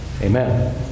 Amen